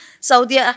Saudi